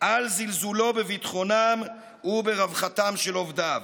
על זלזולו בביטחונם וברווחתם של עובדיו.